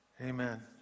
Amen